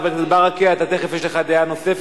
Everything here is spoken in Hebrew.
חבר הכנסת ברכה, אתה תיכף, יש לך דעה נוספת.